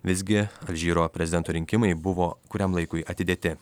visgi alžyro prezidento rinkimai buvo kuriam laikui atidėti